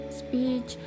speech